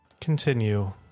continue